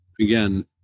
again